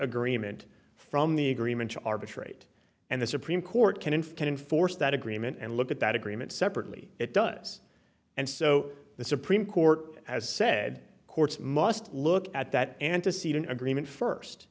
agreement from the agreement to arbitrate and the supreme court can infer can enforce that agreement and look at that agreement separately it does and so the supreme court has said courts must look at that antecedent agreement first